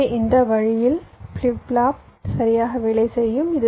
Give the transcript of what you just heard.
எனவே இந்த வழியில் ஃபிளிப் ஃப்ளாப் சரியாக வேலை செய்யும்